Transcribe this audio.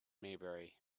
maybury